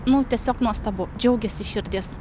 nu tiesiog nuostabu džiaugiasi širdis